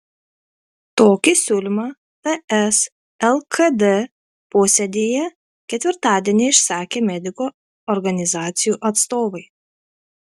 tokį siūlymą ts lkd posėdyje ketvirtadienį išsakė medikų organizacijų atstovai